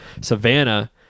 Savannah